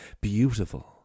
beautiful